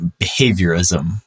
behaviorism